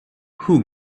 who